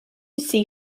see